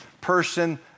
person